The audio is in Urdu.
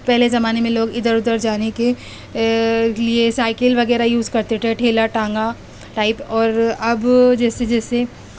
پہلے زمانے میں لوگ ادھر ادھر جانے کے لیے سائیکل وغیرہ یوز کرتے تھے ٹھیلہ تانگا ٹائپ اور اب جیسے جیسے اور